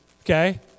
okay